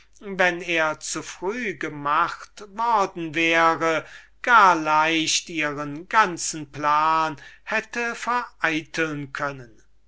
wenn er zu früh gemacht worden wäre gar leicht ihren ganzen plan hätte vereiteln können